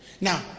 Now